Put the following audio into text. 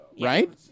Right